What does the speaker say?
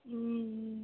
हु